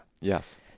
Yes